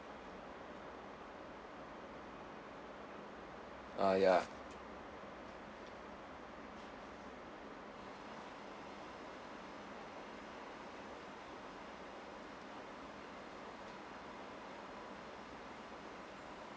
ah ya